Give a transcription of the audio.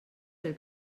pel